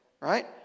right